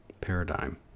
paradigm